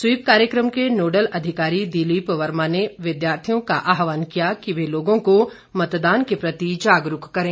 SVEEP कार्यक्रम के nodal अधिकारी दिलीप वर्मा ने विद्यार्थियों का आहवान किया कि वे लोगों को मतदान के प्रति जागरूक करें